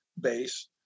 Base